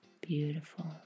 Beautiful